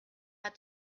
had